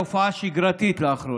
תופעה שגרתית לאחרונה.